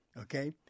okay